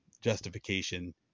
justification